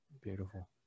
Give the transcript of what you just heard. beautiful